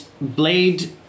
blade